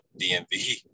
DMV